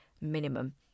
minimum